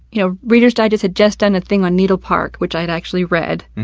you know reader's digest had just done a thing on needle park, which i had actually read,